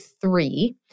three